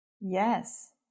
Yes